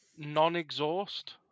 Non-exhaust